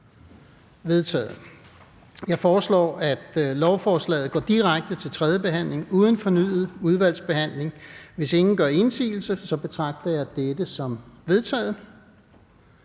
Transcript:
Jeg foreslår, at lovforslaget gå direkte til tredje behandling uden fornyet udvalgsbehandling. Hvis ingen gør indsigelse, betragter jeg dette som vedtaget.